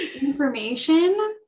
information